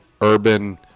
Urban